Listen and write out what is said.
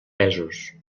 pesos